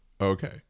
okay